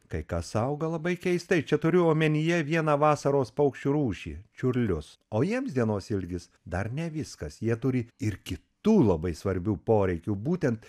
kas auga labai keistai čia turiu omenyje vieną vasaros paukščių rūšį čiurlius o jiems dienos ilgis dar ne viskas jie turi ir kitų labai svarbių poreikių būtent